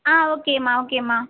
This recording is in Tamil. ஆ ஓகேம்மா ஓகேம்மா